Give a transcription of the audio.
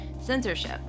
censorship